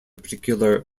particular